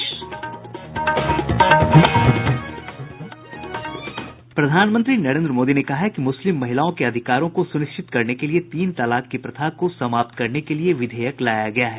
प्रधानमंत्री नरेन्द्र मोदी ने कहा है कि मुस्लिम महिलाओं के अधिकारों को सुनिश्चित करने के लिए तीन तलाक की प्रथा को समाप्त करने के लिए विधेयक लाया गया है